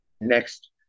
next